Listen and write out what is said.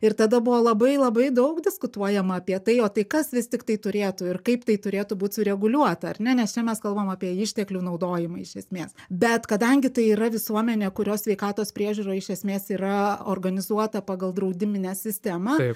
ir tada buvo labai labai daug diskutuojama apie tai o tai kas vis tik tai turėtų ir kaip tai turėtų būt sureguliuota ar ne nes čia mes kalbam apie išteklių naudojimą iš esmės bet kadangi tai yra visuomenė kurios sveikatos priežiūra iš esmės yra organizuota pagal draudiminę sistemą